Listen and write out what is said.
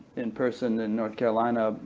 in person in north carolina,